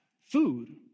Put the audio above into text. food